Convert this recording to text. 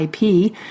IP